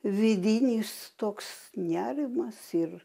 vidinis toks nerimas ir